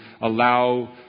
allow